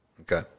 Okay